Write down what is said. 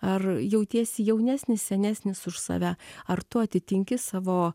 ar jautiesi jaunesnis senesnis už save ar tu atitinki savo